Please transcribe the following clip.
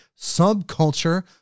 subculture